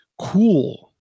cool